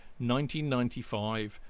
1995